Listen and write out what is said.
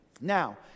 Now